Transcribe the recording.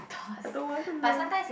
I don't want to learn